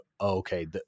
okay